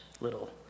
little